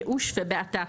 ייאוש ובעתה.